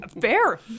Fair